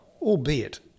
albeit